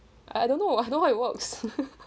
I don't know I don't know how it works